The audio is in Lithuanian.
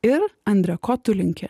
ir andre ko tu linki